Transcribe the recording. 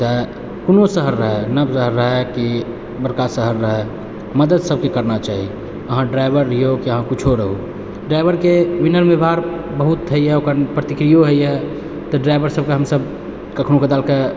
तऽ कोनो शहर रहै नव रहै कि बड़का शहर रहै मदद सबके करना चाही अहाँ ड्राइवर रहिऔ या किछो रहू विनय व्यवहार बहुत होइए ओकर प्रतिक्रियो होइए तऽ ड्राइवर सबके हम कखनो काल कऽ